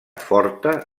forta